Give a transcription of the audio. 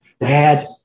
Dad